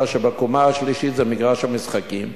כאשר בקומה השלישית זה מגרש משחקים,